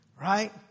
right